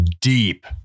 deep